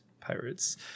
pirates